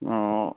অঁ